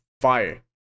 fire